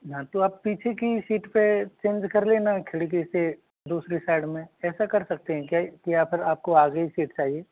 हाँ तो आप पीछे की ही सीट पर चेंज कर लेना खिड़की से दूसरी साइड में ऐसा कर सकते हैं क्या या फिर आपको आगे की सीट चाहिए